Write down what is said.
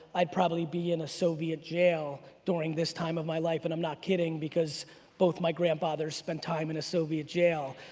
i'd probably be in a soviet jail during this time of my life and i'm not kidding because both my grandfathers spent time in a soviet jail.